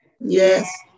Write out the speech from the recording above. Yes